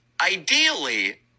ideally